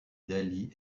delhi